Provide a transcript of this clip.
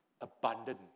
Abundant